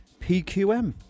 PQM